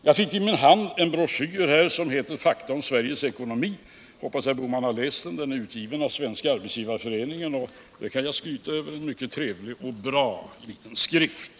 Jag fick här i min hand en broschyr som heter Fakta om Sveriges ekonomi — jag hoppas att Gösta Bohman har läst den; den är utgiven av Svenska arbetsgivareföreningen, och man kan skryta med att det är en mycket trevlig och bra liten skrift.